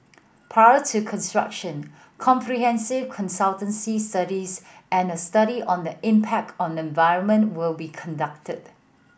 prior to construction comprehensive consultancy studies and a study on the impact on environment will be conducted